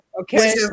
Okay